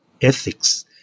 ethics